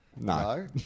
no